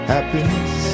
Happiness